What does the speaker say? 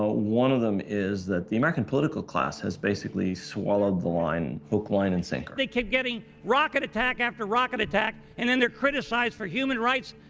ah one of them is that the american political class has basically swallowed the line hook, line, and sinker. they keep getting rocket attack after rocket attack, and then theyire criticized for human rights